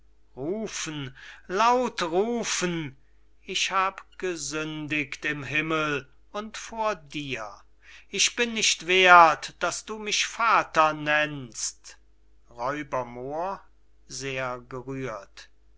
rufen laut rufen ich hab gesündigt im himmel und vor dir ich bin nicht werth daß du mich vater nennst r moor